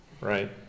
right